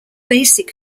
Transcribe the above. basic